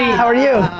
how are you?